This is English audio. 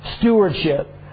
stewardship